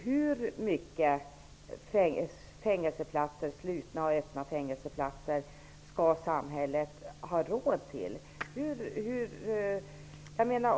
Hur många slutna och öppna fängelseplatser skall samhället kunna ha råd med?